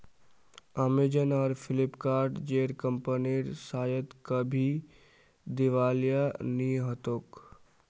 Amazon आर फ्लिपकार्ट जेर कंपनीर शायद कभी दिवालिया नि हो तोक